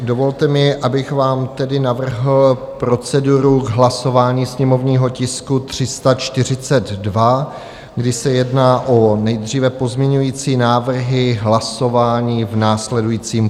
Dovolte mi, abych vám tedy navrhl proceduru k hlasování sněmovního tisku 342, kdy se jedná nejdříve o pozměňovací návrhy hlasování v následujícím pořadí: